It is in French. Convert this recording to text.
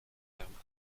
bergman